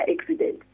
accident